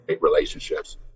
relationships